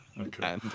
Okay